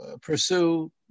pursue